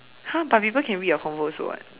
!huh! but people can read your convo also [what]